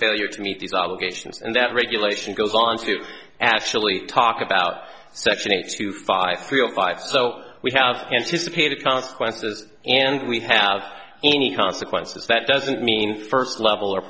failure to meet these obligations and that regulation goes on to actually talk about section eight two five three or five so we have anticipated consequences and we have any consequences that doesn't mean first level or